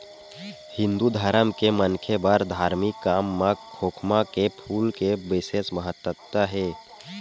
हिंदू धरम के मनखे बर धारमिक काम म खोखमा के फूल के बिसेस महत्ता हे